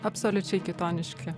absoliučiai kitoniški